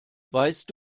weißt